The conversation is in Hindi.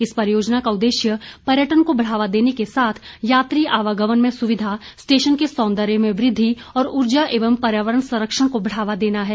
इस परियोजना का उद्देश्य पर्यटन को बढ़ावा देने यात्री आवागमन में सुविधा स्टेशन के सौंदर्य में वृद्धि और उर्जा एवं पर्यावरण संरक्षण को बढ़ावा देना है